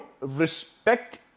respect